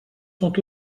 sont